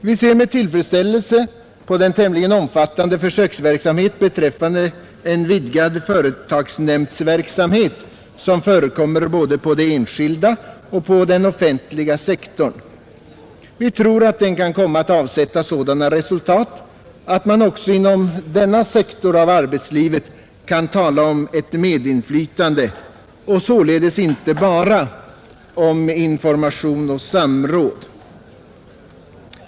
Vi ser med tillfredsställelse på den tämligen omfattande försöksverksamhet beträffande en vidgad företagsnämndsverksamhet som förekommer på både den enskilda och den offentliga sektorn. Vi tror att den kan komma att avsätta sådana resultat att man också inom denna sektor av arbetslivet kan tala om ett medinflytande och således inte bara om information och samråd.